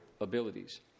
abilities